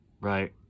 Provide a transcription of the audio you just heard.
Right